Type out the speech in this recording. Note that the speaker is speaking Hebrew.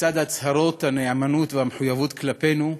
לצד הצהרות הנאמנות והמחויבות כלפינו,